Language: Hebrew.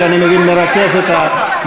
שאני מבין שמרכז את ההצבעות.